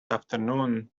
afternoon